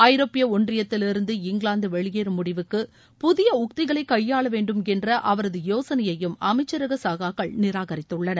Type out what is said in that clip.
ஐரோப்பிய ஒன்றியத்திவிருந்து இங்கிலாந்து வெளியேறும் முடிவுக்கு புதிய உக்திகளை கையாள வேண்டும் என்ற அவரது யோசனையையும் அமைச்சரக சகாக்ககள்ள நிராகரித்துள்ளனர்